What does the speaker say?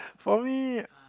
for me